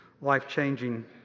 life-changing